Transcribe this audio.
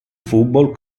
football